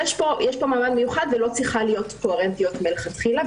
יש פה מעמד מיוחד ולא צריכה להיות קוהרנטיות מלכתחילה,